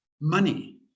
money